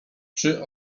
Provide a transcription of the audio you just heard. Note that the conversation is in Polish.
czy